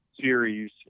series